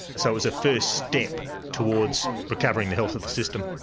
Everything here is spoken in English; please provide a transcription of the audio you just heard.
so it was a first step towards recovering the health of the system.